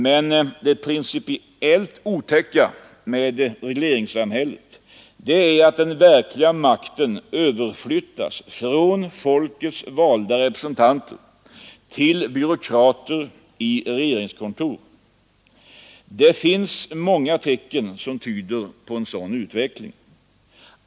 Men det principiellt otäcka med regleringssam hället är att den verkliga makten överflyttas från folkets valda representanter till byråkrater i regeringskontor. Det finns många tecken som tyder på en sådan utveckling.